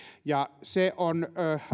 ja se on